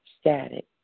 Static